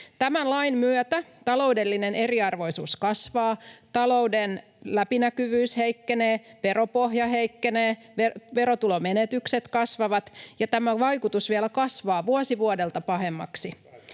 Tämän lain myötä taloudellinen eriarvoisuus kasvaa, talouden läpinäkyvyys heikkenee, veropohja heikkenee, verotulomenetykset kasvavat, ja tämä vaikutus vielä kasvaa vuosi vuodelta pahemmaksi.